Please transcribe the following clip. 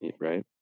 Right